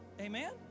amen